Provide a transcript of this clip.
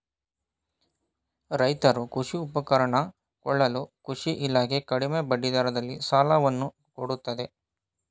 ರೈತರು ಕೃಷಿ ಉಪಕರಣ ಕೊಳ್ಳಲು ಕೃಷಿ ಇಲಾಖೆ ಕಡಿಮೆ ಬಡ್ಡಿ ದರದಲ್ಲಿ ಸಾಲವನ್ನು ಕೊಡುತ್ತದೆ